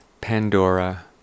Pandora